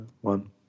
one